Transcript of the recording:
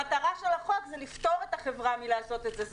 המטרה של החוק היא לפטור את החברה מלעשות את זה.